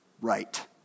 right